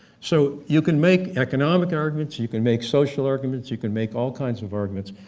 so you can make economic arguments, you can make social arguments, you can make all kinds of arguments,